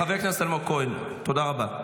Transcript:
חבר הכנסת אלמוג כהן, תודה רבה.